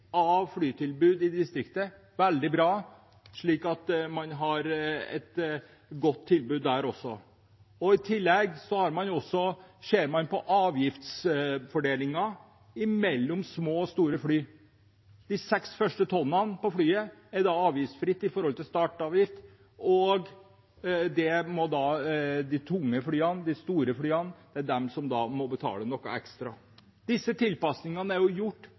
veldig bra. Da får man et godt tilbud der også. I tillegg ser man på avgiftsfordelingen mellom små og store fly. De seks første tonnene av flyet er avgiftsfrie når det kommer til startavgift. De store og tunge flyene må betale noe ekstra. Disse tilpasningene er gjort for at vi skal ha et distriktsvennlig flytilbud i hele landet. Vi snakket om jernbane i forrige sak, og at det hele tiden er